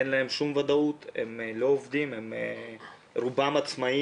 אין להם שום ודאות, הם לא עובדים, רובם עצמאיים.